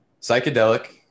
psychedelic